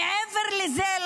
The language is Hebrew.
מעבר לזה,